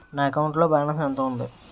నా అకౌంట్ లో బాలన్స్ ఎంత ఉంది?